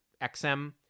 XM